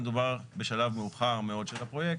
מדובר בשלב מאוחר מאוד של הפרויקט.